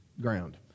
ground